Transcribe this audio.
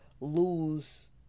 lose